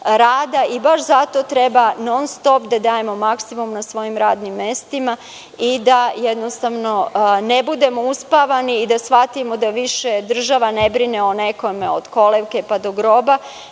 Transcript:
i baš zato treba non stop da dajemo maksimum na svojim radnim mestima i da, jednostavno, ne budemo uspavani i da shvatimo da više država ne brine o nekome od kolevke pa do groba,